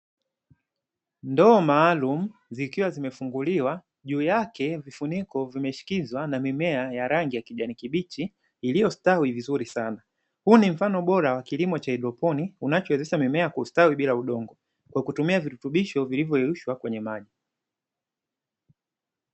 Ndoo maalumu zikiwa zimefunguliwa juu yake vifuniko vimeshikizwa na mimea ya rangi ya kijani kibichi, iliyostawi vizuri sana. huu ni mfano bora wa kilimo cha haidroponiki unachowezesha mimea kustawi bila udongo kwa kutumia virutubisho vilivyoyeyushwa kwenye maji.